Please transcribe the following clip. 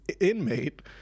inmate